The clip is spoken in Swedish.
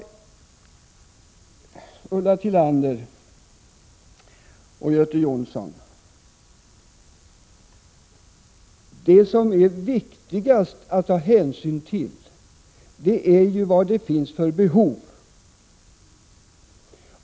Till Ulla Tillander och Göte Jonsson vill jag säga att det som är viktigast att ta hänsyn till är vad det finns för behov.